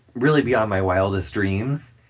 really beyond my wildest dreams.